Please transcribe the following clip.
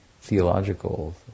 theological